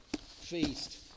feast